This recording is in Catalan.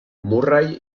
murray